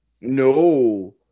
No